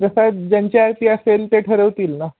प्रसाद ज्यांचे आरती असेल ते ठरवतील ना